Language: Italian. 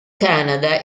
canada